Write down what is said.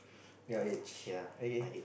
your age okay